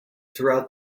throughout